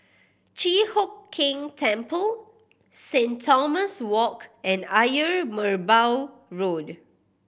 Chi Hock Keng Temple Saint Thomas Walk and Ayer Merbau Road